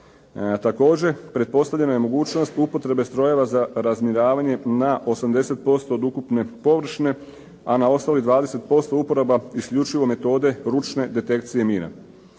Također, pretpostavljena je mogućnost upotrebe strojeva za razminiravanje na 80% od ukupne površine, a na osnovi 20% uporaba isključivo metode ručne detekcije mina.